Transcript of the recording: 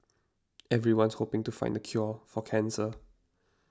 everyone's hoping to find the cure for cancer